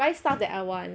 buy stuff that I want